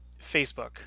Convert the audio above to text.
Facebook